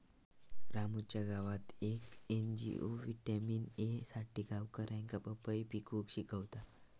रामूच्या गावात येक एन.जी.ओ व्हिटॅमिन ए साठी गावकऱ्यांका पपई पिकवूक शिकवता